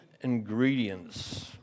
ingredients